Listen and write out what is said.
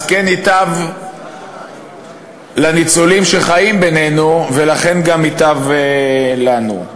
כן ייטב לניצולים שחיים בינינו, ולכן גם ייטב לנו.